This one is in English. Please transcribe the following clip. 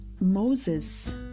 Moses